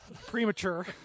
premature